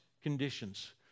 conditions